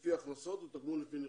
לפי הכנסות ותגמול לפי נכות.